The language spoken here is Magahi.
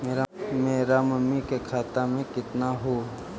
मेरा मामी के खाता में कितना हूउ?